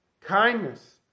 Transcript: Kindness